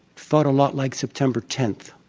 felt a lot like september tenth.